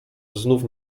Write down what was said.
znów